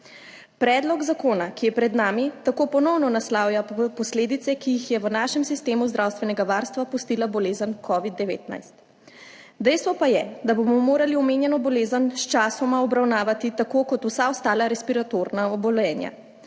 Predlog zakona, ki je pred nami, tako ponovno naslavlja posledice, ki jih je v našem sistemu zdravstvenega varstva pustila bolezen COVID-19. Dejstvo pa je, da bomo morali omenjeno bolezen sčasoma obravnavati tako, kot vsa ostala respiratorna obolenja.